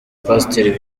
pasteur